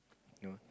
know